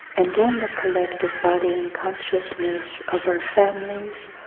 and in the collective body and consciousness of our families,